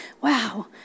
wow